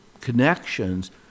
connections